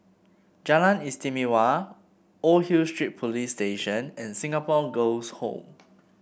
Jalan Istimewa Old Hill Street Police Station and Singapore Girls' Home